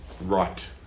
right